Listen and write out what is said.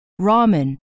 ramen